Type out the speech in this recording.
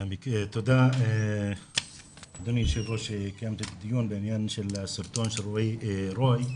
תודה אדוני היושב ראש שקיימת את הדיון בעניין של הסרטון של רועי רוי,